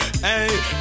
Hey